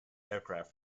aircraft